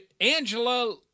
Angela